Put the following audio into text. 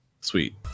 Sweet